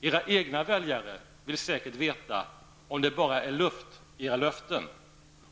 Era egna väljare vill säkert veta om det bara är luft i era löften,